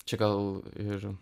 čia gal ir